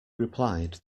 replied